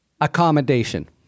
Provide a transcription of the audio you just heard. accommodation